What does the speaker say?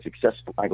successful